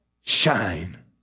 shine